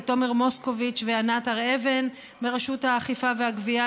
לתומר מוסקוביץ וענת הר אבן מרשות האכיפה והגבייה,